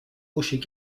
rochers